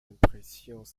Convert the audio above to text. impressions